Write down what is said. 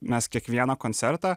mes kiekvieną koncertą